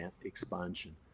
expansion